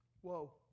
Whoa